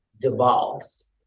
devolves